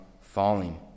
falling